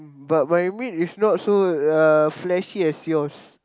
but my meat is not so uh fleshy as yours